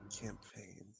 campaign